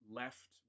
left